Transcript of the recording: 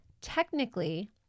technically